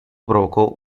provocó